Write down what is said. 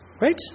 Right